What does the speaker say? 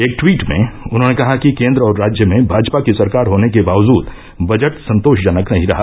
एक ट्वीट में उन्होंने कहा कि केन्द्र और राज्य में भाजपा की सरकार होने के बावजूद बजट संतोषजनक नहीं रहा